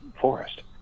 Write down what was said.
forest